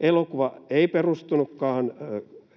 Elokuva ei perustunutkaan